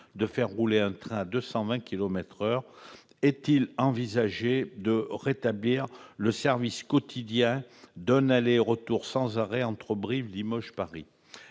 de faire rouler ce train à 220 kilomètres à l'heure ? Est-il envisagé de rétablir le service quotidien d'un aller-retour sans arrêt entre Brive, Limoges et Paris ?